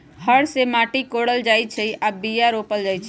हर से माटि कोरल जाइ छै आऽ बीया रोप्ल जाइ छै